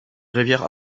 rivière